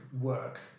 work